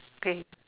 okay